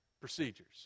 procedures